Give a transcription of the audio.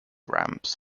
ramps